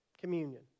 communion